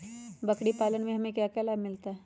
बकरी पालने से हमें क्या लाभ मिलता है?